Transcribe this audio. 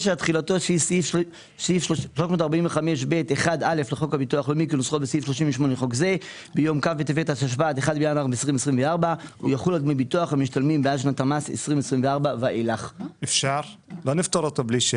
חוק הביטוח הלאומי תחילה ותחולה 39. תחילתו